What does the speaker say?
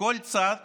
כל צעד